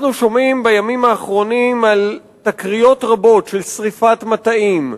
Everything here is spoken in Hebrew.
אנחנו שומעים בימים האחרונים על תקריות רבות של שרפת מטעים,